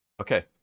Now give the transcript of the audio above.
Okay